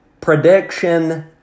prediction